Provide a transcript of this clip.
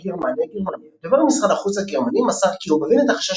גרמניה גרמניה דובר משרד החוץ הגרמני מסר כי "הוא מבין את החשש